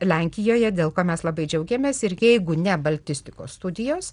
lenkijoje dėl ko mes labai džiaugiamės ir jeigu ne baltistikos studijos